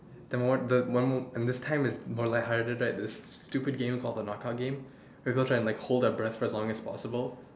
then w~ the one more and this time is more like harder right there's this stupid game called the game it goes like hold your breath for as long as possible